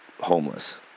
homeless